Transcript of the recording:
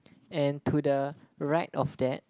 and to the right of that